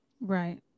Right